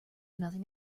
nothing